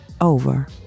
Over